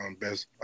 best